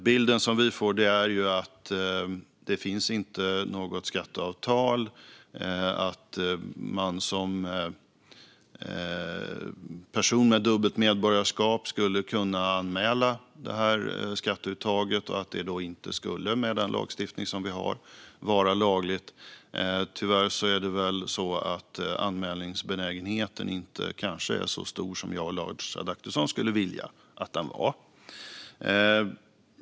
Bilden som vi får är att det inte finns något skatteavtal, att man som person med dubbelt medborgarskap skulle kunna anmäla det skatteuttaget och att det då inte med den lagstiftning som vi har skulle vara lagligt. Tyvärr är kanske inte anmälningsbenägenheten så stor som jag och Lars Adaktusson skulle vilja att den var.